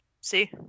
See